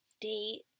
date